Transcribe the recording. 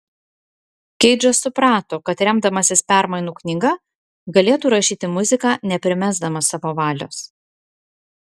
keidžas suprato kad remdamasis permainų knyga galėtų rašyti muziką neprimesdamas savo valios